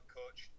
coach